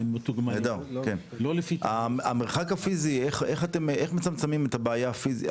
נהדר, איך מצמצמים את הבעיה של המרחק הפיזי?